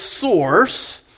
source